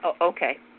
Okay